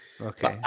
Okay